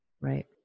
right